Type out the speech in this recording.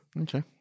Okay